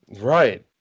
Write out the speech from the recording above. Right